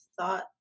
thought